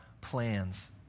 plans